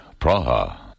Praha